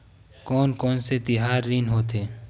कोन कौन से तिहार ऋण होथे?